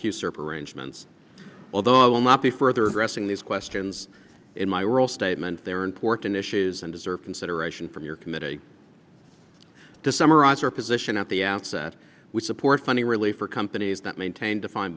q server arrangements although i will not be further pressing these questions in my oral statement there are important issues and deserve consideration from your committee to summarize your position at the outset we support funding really for companies that maintain defined